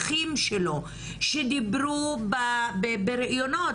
האחים שלו שדיברו בראיונות,